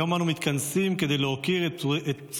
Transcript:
היום אנו מתכנסים כדי להוקיר את פצועי